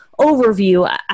overview